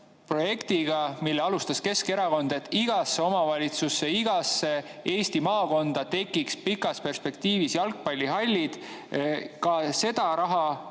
projektiga, mille alustas Keskerakond, et igasse omavalitsusse, igasse Eesti maakonda tekiks pikas perspektiivis jalgpallihallid. Ka nende